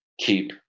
keep